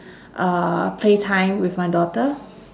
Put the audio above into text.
uh play time with my daughter